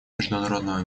международного